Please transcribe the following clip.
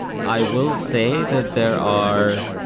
i will say that there are